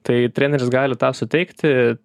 tai treneris gali tą suteikti